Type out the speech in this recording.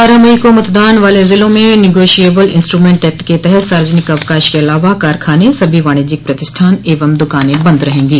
बारह मई को मतदान वाले जिलों में निगोशिएबल इंस्टूमेंट एक्ट के तहत सार्वजनिक अवकाश के अलावा कारखाने सभी वाणिज्यिक प्रतिष्ठान एवं दुकाने बंद रहेंगे